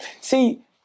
See